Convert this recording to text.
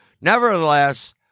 nevertheless